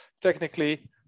Technically